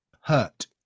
hurt